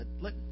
Let